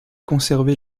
conserver